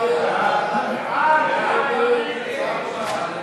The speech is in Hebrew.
הרחבת תחולת החוק).